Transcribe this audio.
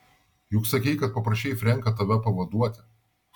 juk sakei kad paprašei frenką tave pavaduoti